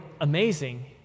amazing